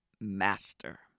master